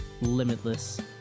limitless